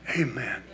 Amen